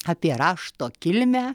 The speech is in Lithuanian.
apie rašto kilmę